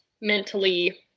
mentally